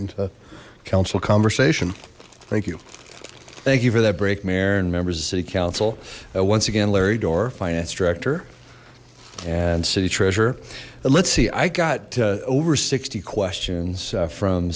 into council conversation thank you thank you for that break mayor and members of city council once again larry door finance director and city treasurer let's see i got over sixty questions from